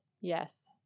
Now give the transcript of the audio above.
Yes